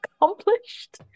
accomplished